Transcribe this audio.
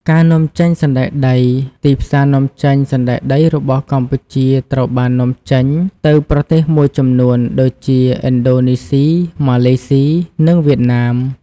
ការនាំចេញសណ្ដែកដី ទីផ្សារនាំចេញ សណ្ដែកដីរបស់កម្ពុជាត្រូវបាននាំចេញទៅប្រទេសមួយចំនួន ដូចជាឥណ្ឌូណេស៊ី ម៉ាឡេស៊ី និងវៀតណាម។